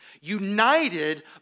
united